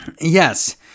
yes